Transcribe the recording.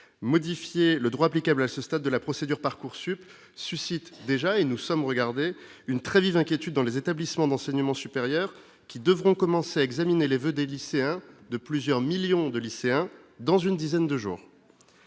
modifié le droit applicable à ce stade de la procédure Parcoursup suscite déjà et nous sommes regardés une très vive inquiétude dans les établissements d'enseignement supérieur qui devront commencer à examiner les voeux des lycéens de plusieurs millions de lycéens dans une dizaine de jours.